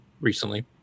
recently